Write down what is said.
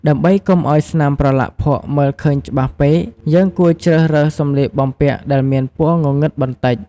ដើម្បីកុំឲ្យស្នាមប្រឡាក់ភក់មើលឃើញច្បាស់ពេក យើងគួរជ្រើសរើសសម្លៀកបំពាក់ដែលមានពណ៌ងងឹតបន្តិច។